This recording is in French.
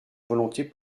volonté